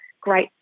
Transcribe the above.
great